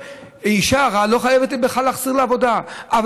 אישה הרה לא חייבת בכלל להחסיר עבודה אבל